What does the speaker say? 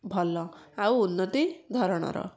ଭଲ ଆଉ ଉନ୍ନତି ଧରଣର